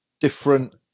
different